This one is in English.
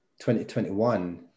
2021